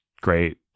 great